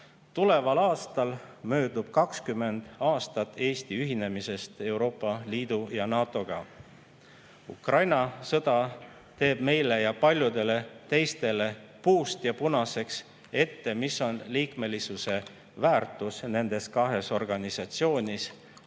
Tuleval aastal möödub 20 aastat Eesti ühinemisest Euroopa Liidu ja NATO-ga. Ukraina sõda teeb meile ja paljudele teistele puust ja punaseks ette, mis on liikmesuse väärtus nendes kahes organisatsioonis,